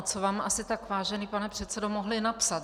Co vám asi tak, vážený pane předsedo, mohli napsat.